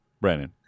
brandon